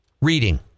reading